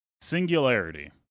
Singularity